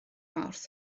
mawrth